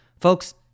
folks